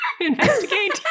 investigate